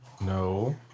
No